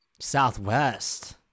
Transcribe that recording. southwest